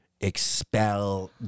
expel